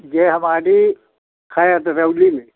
यह हमारी है दरौली में